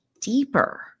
deeper